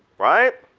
right?